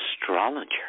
astrologer